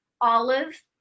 olive